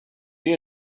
you